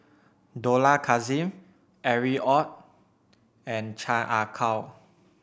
Dollah Kassim Harry Ord and Chan Ah Kow